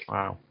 Wow